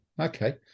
Okay